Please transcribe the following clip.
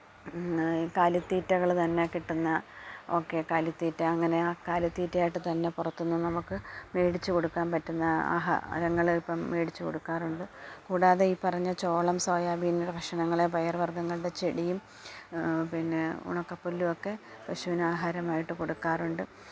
കാലിത്തീറ്റകള് തന്നെ കിട്ടുന്ന ഓക്കേ കാലിത്തീറ്റ അങ്ങനെ കാലിത്തീറ്റായിട്ട് തന്നെ പുറത്തുനിന്ന് നമുക്ക് മേടിച്ചു കൊടുക്കാൻ പറ്റുന്ന ആഹാരങ്ങള് ഇപ്പോള് മേടിച്ചുകൊടുക്കാറുണ്ട് കൂടാതെ ഈ പറഞ്ഞ ചോളം സോയാബീൻ്റെ കഷണങ്ങൾ പയറ് വർഗങ്ങളുടെ ചെടിയും പിന്നെ ഉണക്ക പുല്ലുമൊക്കെ പശുവിന് ആഹാരമായിട്ട് കൊടുക്കാറുണ്ട്